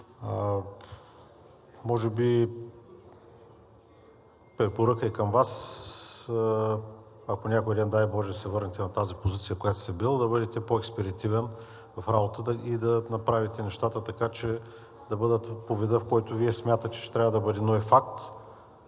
Може би препоръка и към Вас, ако някой ден, дай боже, се върнете на тази позиция, на която сте били, да бъдете по-експедитивен в работата и да направите нещата така, че да бъдат във вида, в който Вие смятате, че трябва да бъдат. Но е факт,